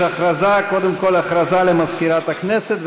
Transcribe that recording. הודעה למזכירת הכנסת.